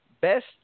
best